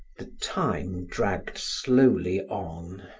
the time dragged slowly on.